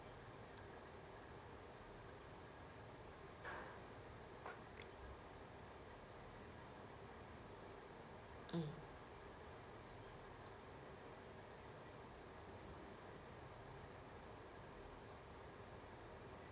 mm